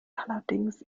allerdings